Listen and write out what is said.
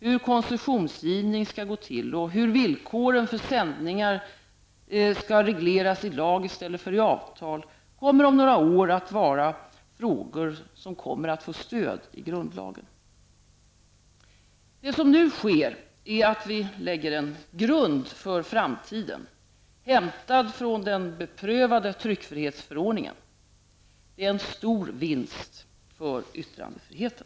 Hur koncessionsgivning skall gå till och hur villkoren för sändningar skall regleras i lag i stället för i avtal kommer om några år att vara frågor som får stöd i grundlagen. Det som nu sker är att vi lägger en grund för framtiden, hämtad från den beprövade tryckfrihetsförordningen. Det är en stor vinst för yttrandefriheten.